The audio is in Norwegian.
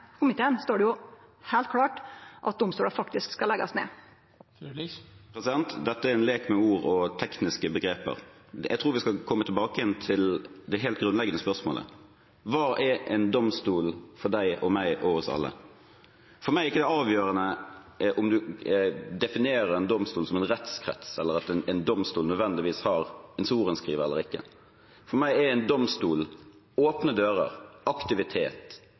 komiteen står det jo heilt klart at domstolar faktisk skal leggjast ned. Dette er en lek med ord og tekniske begreper. Jeg tror vi skal komme tilbake igjen til det helt grunnleggende spørsmålet: Hva er en domstol for deg og meg og oss alle? For meg er det ikke avgjørende om man definerer en domstol som en rettskrets, eller om en domstol nødvendigvis har en sorenskriver eller ikke. For meg er en domstol åpne dører, aktivitet,